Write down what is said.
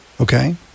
okay